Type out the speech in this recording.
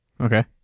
Okay